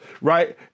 right